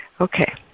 Okay